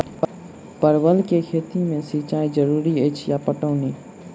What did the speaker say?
परवल केँ खेती मे सिंचाई जरूरी अछि या पटौनी?